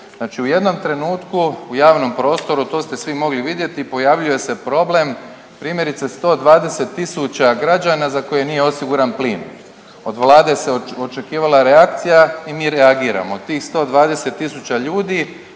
Znači u jednom trenutku u javnom prostoru, to ste svi mogli vidjeti, pojavljuje se problem primjerice 120.000 građana za koje nije osiguran plin. Od vlade se očekivala reakcija i mi reagiramo, tih 120.000 ljudi